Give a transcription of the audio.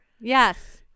Yes